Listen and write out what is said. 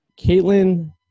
Caitlin